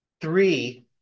three